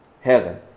Heaven